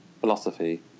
philosophy